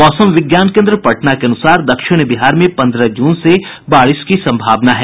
मौसम विज्ञान केन्द्र पटना के अनुसार दक्षिण बिहार में पन्द्रह जून से बारिश की संभावना है